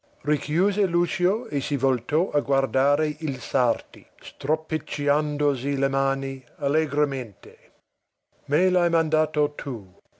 richiuse l'uscio e si voltò a guardare il sarti stropicciandosi le mani allegramente me l'hai mandato tu